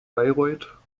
bayreuth